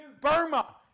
Burma